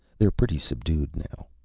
they're pretty subdued now.